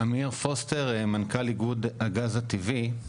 אמיר פוסטר, מנכ"ל איגוד הגז הטבעי.